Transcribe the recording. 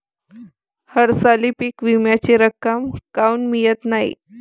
हरसाली पीक विम्याची रक्कम काऊन मियत नाई?